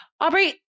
Aubrey